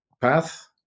path